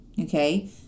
Okay